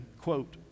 quote